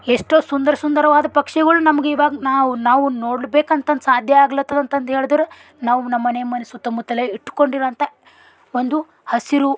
ಎಷ್ಟೋ ಸುಂದರ ಸುಂದರವಾದ ಪಕ್ಷಿಗಳು ನಮ್ಗೆ ಇವಾಗ ನಾವು ನಾವು ನೋಡ್ಬೇಕಂತಂದು ಸಾಧ್ಯ ಆಗ್ಲತ್ತದಂತಂದು ಹೇಳಿದ್ರ ನಾವು ನಮ್ಮ ಮನೆ ಸುತ್ತಮುತ್ತಲೂ ಇಟ್ಟುಕೊಂಡಿರೋ ಅಂಥ ಒಂದು ಹಸಿರು